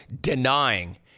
denying